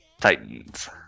Titans